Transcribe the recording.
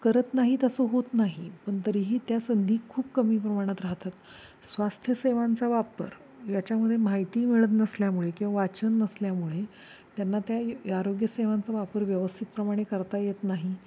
करत नाहीत असं होत नाही पण तरीही त्या संधी खूप कमी प्रमाणात राहतात स्वास्थ्य सेवांचा वापर याच्यामध्ये माहितीही मिळत नसल्यामुळे किंवा वाचन नसल्यामुळे त्यांना त्या आरोग्यसेवांचा वापर व्यवस्थितप्रमाणे करता येत नाही